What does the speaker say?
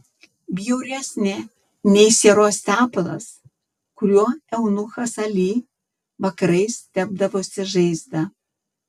bjauresnė nei sieros tepalas kuriuo eunuchas ali vakarais tepdavosi žaizdą